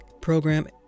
program